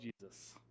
Jesus